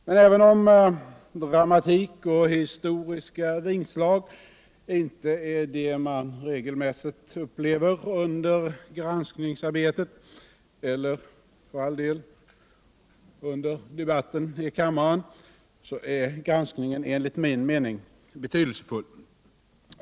Men även om dramatik och historiska vingslag inte är det man regelmässigt upplever under granskningsarbetet eller, för all del, under debatten i kammaren, så är granskningen enligt min mening betydelsefull.